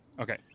Okay